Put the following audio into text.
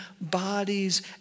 bodies